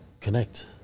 connect